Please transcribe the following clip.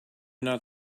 not